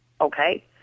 okay